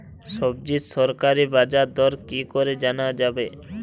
সবজির সরকারি বাজার দর কি করে জানা যাবে?